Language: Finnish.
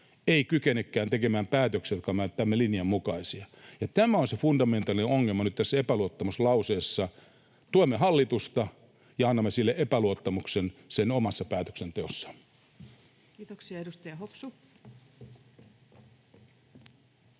ei kykenekään tekemään päätöksiä, jotka ovat tämän linjan mukaisia. Tämä on se fundamentaalinen ongelma nyt tässä epäluottamuslauseessa: tuemme hallitusta ja annamme sille epäluottamuksen sen omassa päätöksenteossa. [Speech 174]